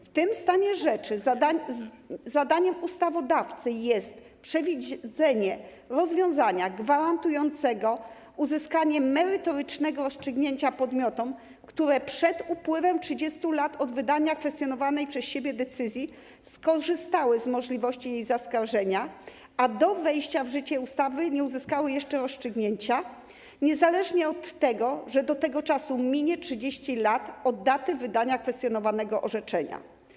W tym stanie rzeczy zadaniem ustawodawcy jest przewidzenie rozwiązania gwarantującego uzyskanie merytorycznego rozstrzygnięcia podmiotom, które przed upływem 30 lat od wydania kwestionowanej przez siebie decyzji skorzystały z możliwości jej zaskarżenia, a do wejścia w życie ustawy nie uzyskały jeszcze rozstrzygnięcia - niezależnie od tego, że do tego czasu minie 30 lat od daty wydania kwestionowanego orzeczenia.